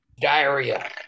Diarrhea